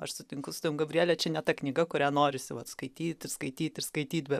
aš sutinku su tavim gabriele čia ne ta knyga kurią norisi vat skaityt ir skaityt ir skaityt be